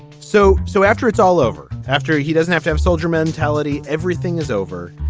so so after it's all over after he doesn't have to have soldier mentality everything is over.